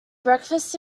breakfast